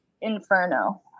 Inferno